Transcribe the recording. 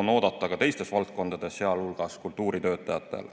on oodata ka teistes valdkondades, sh kultuuritöötajatel.